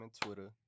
Twitter